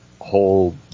whole